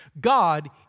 God